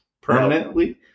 permanently